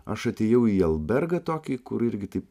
aš atėjau į albergą tokį kur irgi taip